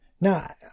Now